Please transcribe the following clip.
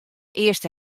earste